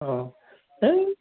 अ है